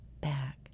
back